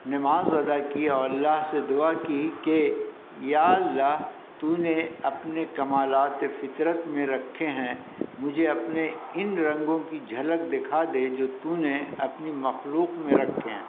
نماز ادا کی اور اللہ سے دعا کی کہ یا اللہ تو نے اپنے کمالات فطرت میں رکھے ہیں مجھے اپنے ان رنگوں کی جھلک دکھا دے جو تو نے اپنی مخلوق میں رکھے ہیں